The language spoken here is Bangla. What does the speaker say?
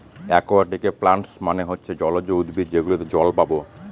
একুয়াটিকে প্লান্টস মানে হচ্ছে জলজ উদ্ভিদ যেগুলোতে জল পাবো